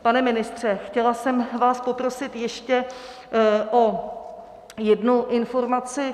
Pane ministře, chtěla jsem vás poprosit ještě o jednu informaci.